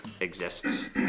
exists